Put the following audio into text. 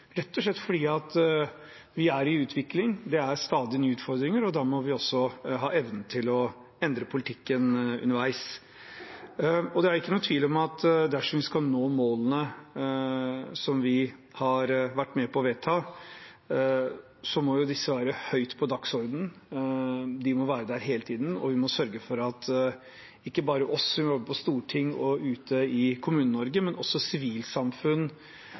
rett og slett fordi vi er i utvikling. Det er stadig nye utfordringer, og da må vi også ha evnen til å endre politikken underveis. Det er ingen tvil om at dersom vi skal nå målene som vi har vært med på å vedta, må disse være høyt på dagsordenen, de må være der hele tiden, og vi må sørge for at ikke bare vi som jobber i Stortinget og ute i Kommune-Norge, men at sivilsamfunnet, frivilligheten, skolen, arbeidsplassene i privat næringsliv også